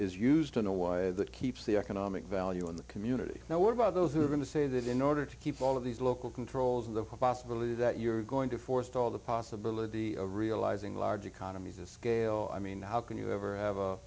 is used in a way that keeps the economic value in the community now what about those who are going to say that in order to keep all of these local controls in the possibility that you're going to forestall the possibility of realising large economies of scale i mean how can you ever have a